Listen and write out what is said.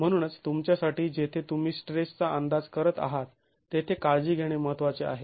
म्हणूनच तुमच्यासाठी जेथे तुम्ही स्ट्रेस चा अंदाज करत आहात तेथे काळजी घेणे महत्त्वाचे आहे